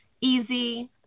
easy